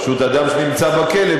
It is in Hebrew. פשוט אדם שנמצא בכלא,